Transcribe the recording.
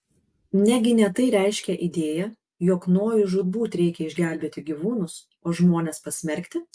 negi ne tai reiškia idėja jog nojui žūtbūt reikia išgelbėti gyvūnus o žmones pasmerkti